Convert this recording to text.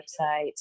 website